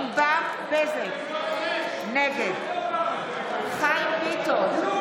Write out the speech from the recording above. בזק, נגד חיים ביטון,